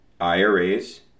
IRAs